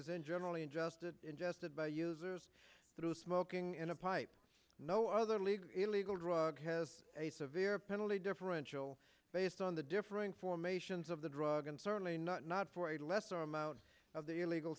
as in generally ingested ingested by users through smoking in a pipe no other legal illegal drug has a severe penalty differential based on the differing formations of the drug and certainly not not for a lesser amount of the illegal